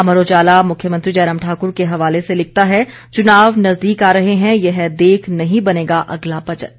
अमर उजाला मुख्यमंत्री जयराम ठाकुर के हवाले से लिखता है चुनाव नजदीक आर रहे हैं यह देख नहीं बनेगा अगला बजट